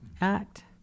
Act